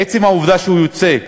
עצם העובדה שהוא יוצא,